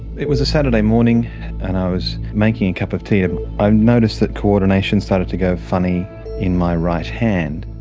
it was a saturday morning and i was making a and cup of tea. and i noticed that coordination started to go funny in my right hand,